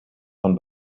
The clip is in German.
von